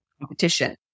competition